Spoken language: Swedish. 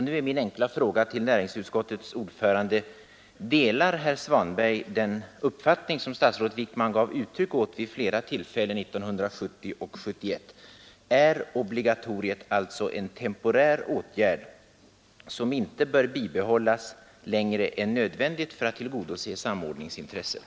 Nu är min enkla fråga till näringsutskottets ordförande: Delar herr Svanberg den uppfattning som statsrådet Wickman gav uttryck åt vid flera tillfällen 1970 och 1971? Är obligatoriet alltså en temporär åtgärd som inte bör bibehållas längre än vad som är nödvändigt för att tillgodose samordningsintresset?